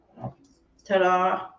Ta-da